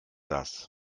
das